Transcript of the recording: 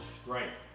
Strength